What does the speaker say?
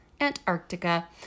Antarctica